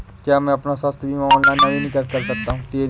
क्या मैं अपना स्वास्थ्य बीमा ऑनलाइन नवीनीकृत कर सकता हूँ?